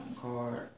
card